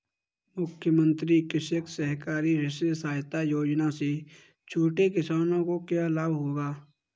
मुख्यमंत्री कृषक सहकारी ऋण सहायता योजना से छोटे किसानों को क्या लाभ होगा?